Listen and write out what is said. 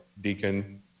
deacon